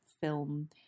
film